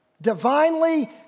Divinely